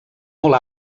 molt